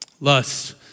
Lust